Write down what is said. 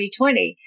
2020